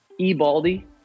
Ebaldi